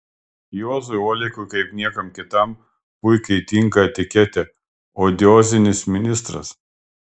juozui olekui kaip niekam kitam puikiai tinka etiketė odiozinis ministras